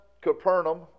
Capernaum